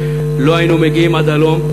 לא היינו מגיעים עד הלום.